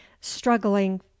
struggling